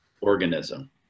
organism